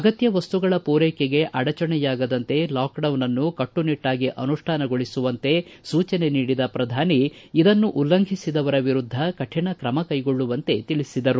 ಅಗತ್ಯ ವಸ್ತುಗಳ ಪೂರೈಕೆಗೆ ಅಡಚಣೆಯಾಗದಂತೆ ಲಾಕ್ಡೌನ್ ಅನ್ನು ಕಟ್ಸುನಿಟ್ಟಾಗಿ ಅನುಷ್ಣಾನಗೊಳಿಸುವಂತೆ ಸೂಚನೆ ನೀಡಿದ ಪ್ರಧಾನಿ ಇದನ್ನು ಉಲ್ಲಂಘಿಸಿದವರ ವಿರುದ್ದ ಕಠಿಣ ಕ್ರಮ ಕ್ಕೆಗೊಳ್ಳುವಂತೆ ತಿಳಿಸಿದರು